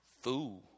fool